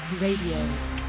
Radio